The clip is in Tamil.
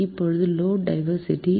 இப்போது லோடு டைவர்ஸிட்டி